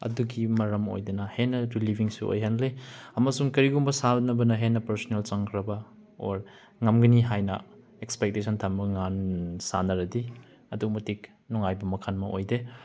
ꯑꯗꯨꯒꯤ ꯃꯔꯝ ꯑꯣꯏꯗꯅ ꯍꯦꯟꯅ ꯔꯤꯂꯤꯕꯤꯡꯁꯨ ꯑꯣꯏꯍꯟꯂꯦ ꯑꯃꯁꯨꯡ ꯀꯔꯤꯒꯨꯝꯕ ꯁꯥꯟꯅꯕꯅ ꯍꯦꯟꯅ ꯄꯥꯔꯁꯅꯦꯜ ꯆꯪꯈ꯭ꯔꯕ ꯑꯣꯔ ꯉꯝꯒꯅꯤ ꯍꯥꯏꯅ ꯑꯦꯛꯁꯄꯦꯛꯇꯦꯁꯟ ꯊꯝꯕ ꯀꯥꯟ ꯁꯥꯟꯅꯔꯗꯤ ꯑꯗꯨꯛ ꯃꯇꯤꯛ ꯅꯨꯡꯉꯥꯏꯕ ꯃꯈꯟ ꯑꯃ ꯑꯣꯏꯗꯦ